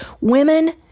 Women